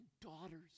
daughters